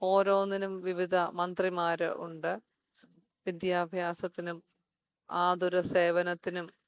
ഓരോന്നിന്നും വിവിധ മന്ത്രിമാരുണ്ട് വിദ്യാഭ്യാസത്തിനും ആതുരസേവനത്തിനും